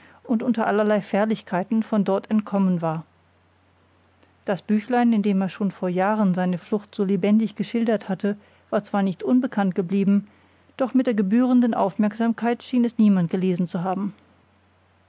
und unter allerlei fährlichkeiten von dort entkommen war das büchlein in dem er schon vor jahren seine flucht so lebendig geschildert hatte war zwar nicht unbekannt geblieben doch mit der gebührenden aufmerksamkeit schien es niemand gelesen zu haben